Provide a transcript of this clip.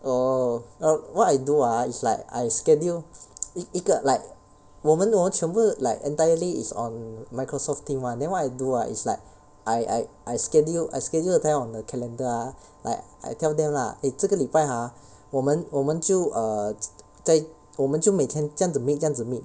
oh err what I do ah is like I schedule 一一个 like 我们我们全部 like entirely is on microsoft team one then what I do ah is like I I I schedule I schedule a time on the calendar ah like I tell them lah eh 这个礼拜 !huh! 我们我们就 err 在我们就每天这样子这样子 meet